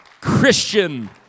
Christian